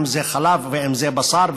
אם זה חלב ואם זה בשר.